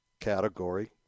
category